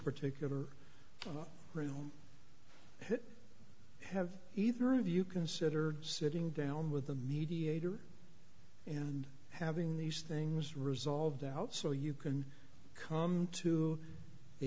particular room hitt have either of you consider sitting down with a mediator and having these things resolved out so you can come to